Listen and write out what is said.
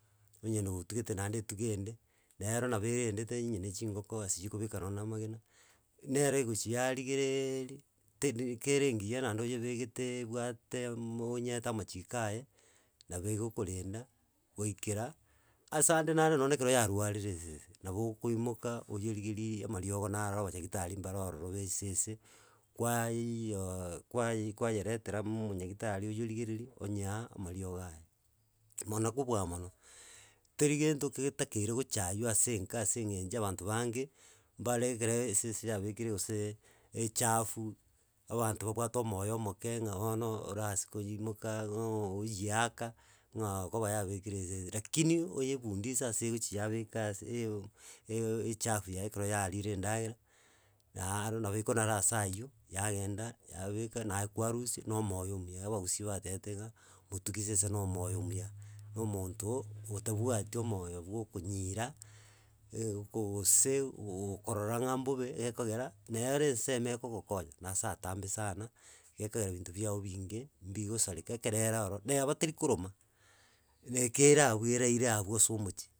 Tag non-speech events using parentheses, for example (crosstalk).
Onye notugete naende etuga ende, nero nabo erendete onye na echingoko ase chikobeka nonye na amagena, nero egochi yarigereeeeeri, teri kere engiya naende oyebegeteee ebwate mooonyeete amachiko aye, nabo egokorenda, goikera ase ande naro nonye na ekero yarwarire esese, nabo okoimoka oyerigeri amariogo naro abanyagitari mbaro ororo ba echi esese, kwayiooo kwayi kwayeretera omonyagitari oyorigereri, onyea amariogo aya. Imo na kobua mono teri gento getakeire gochaywa ase enka ase eng'echo abanto bange, mbare ekere, esese yabekire goseee echafu, abanto babwate omoyo omoke ng'a bono orase koyimoka ng'aa ooyeaka, ng'a okoba yabekire esese, lakini oyefundise ase egochi yabeka ase eo (hesitation) echafu yaye ekero yarire endagera, naaaro nabo ekonara asa aywo, yagenda yabeka naye kwarusia na omoyo omuya, abagusii batebete ng'a motugi sese na omoyo omuya, na omonto otabwati omoyo bwa okonyiira (hesitation) gooose, gogokorora ng'a mbobe, gekogera nere ensemo ekogokonya, na ase atambe sana, gekogera binto biago binge mbigosareka ekero ero ororo neba terikoroma, na ekere abu eraire abu ase omochi.